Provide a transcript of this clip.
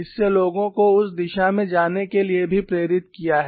इसने लोगों को उस दिशा में जाने के लिए भी प्रेरित किया है